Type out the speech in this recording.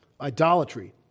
idolatry